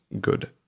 good